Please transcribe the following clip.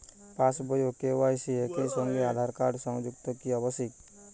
পাশ বই ও কে.ওয়াই.সি একই সঙ্গে আঁধার কার্ড সংযুক্ত কি আবশিক?